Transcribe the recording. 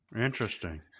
interesting